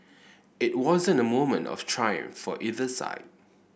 it wasn't a moment of triumph for either side